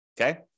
Okay